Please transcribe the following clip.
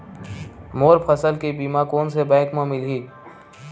मोर फसल के बीमा कोन से बैंक म मिलही?